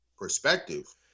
perspective